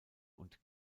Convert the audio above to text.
und